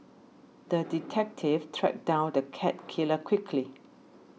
the detective tracked down the cat killer quickly